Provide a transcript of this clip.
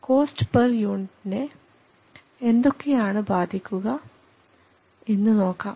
cost per യൂണിറ്റ്നെ എന്തൊക്കെയാണ് ബാധിക്കുക എന്ന് നോക്കാം